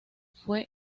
fue